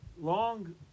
long